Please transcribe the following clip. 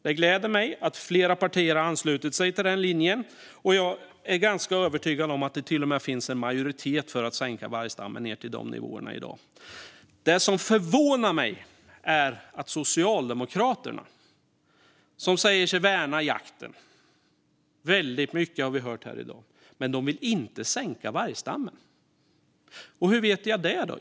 Det gläder mig att flera partier har anslutit sig till den linjen. Jag är ganska övertygad om att det i dag till och med finns en majoritet för att minska vargstammen till de nivåerna. Det som förvånar mig är att Socialdemokraterna, som säger sig värna jakten väldigt mycket - det har vi hört här i dag - inte vill minska vargstammen. Hur vet jag det?